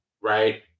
Right